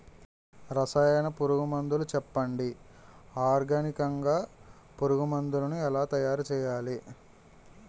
రసాయన పురుగు మందులు చెప్పండి? ఆర్గనికంగ పురుగు మందులను ఎలా తయారు చేయాలి?